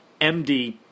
MD